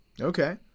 Okay